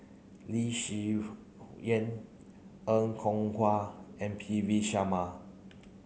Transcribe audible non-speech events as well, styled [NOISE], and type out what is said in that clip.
Lee Yi [UNINTELLIGIBLE] Shyan Er Kwong Wah and P V Sharma